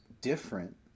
different